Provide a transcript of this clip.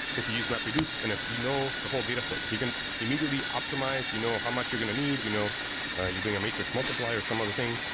if you use mapreduce and if you know the whole dataset, you can immediately optimize. you know how much you're going to need. you know you're doing a matrix multiplier or some other thing.